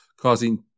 causing